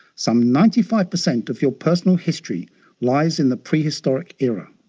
some ninety five percent of your personal history lies in the prehistoric era.